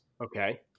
Okay